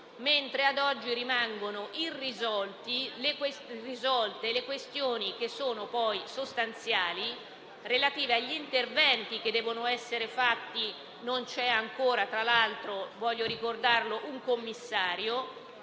mentre a oggi rimangono irrisolte le questioni sostanziali, relative agli interventi che devono essere fatti. Non c'è ancora - voglio ricordarlo - un Commissario